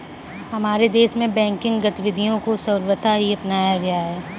हमारे देश में बैंकिंग गतिविधियां को सर्वथा ही अपनाया गया है